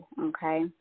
Okay